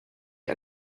ihr